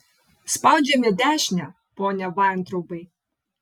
spaudžiame dešinę pone vaintraubai